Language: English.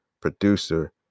producer